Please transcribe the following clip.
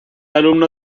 alumno